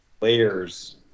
layers